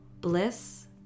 bliss